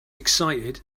excited